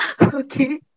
Okay